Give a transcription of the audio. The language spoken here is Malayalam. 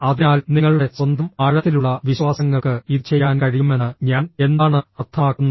അതിനാൽ നിങ്ങളുടെ സ്വന്തം ആഴത്തിലുള്ള വിശ്വാസങ്ങൾക്ക് ഇത് ചെയ്യാൻ കഴിയുമെന്ന് ഞാൻ എന്താണ് അർത്ഥമാക്കുന്നത്